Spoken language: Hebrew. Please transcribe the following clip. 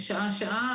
שעה שעה,